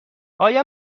آیا